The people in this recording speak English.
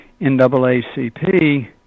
NAACP